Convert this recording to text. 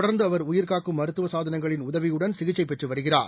தொடர்ந்துஅவர் உயிர்காக்கும் மருத்துவசாதனங்களின் உதவியுடன் சிகிச்சைபெற்றுவருகிறார்